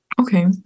Okay